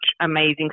amazing